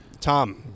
Tom